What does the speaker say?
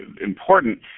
important